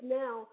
now